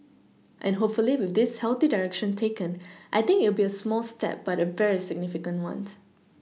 and hopefully with this healthy direction taken I think it'll be a small step but a very significant one